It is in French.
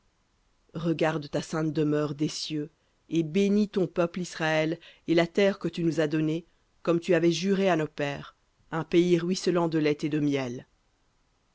regarde de ta sainte demeure des cieux et bénis ton peuple israël et la terre que tu nous as donnée comme tu avais juré à nos pères un pays ruisselant de lait et de miel